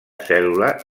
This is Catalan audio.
cèl·lula